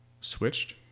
switched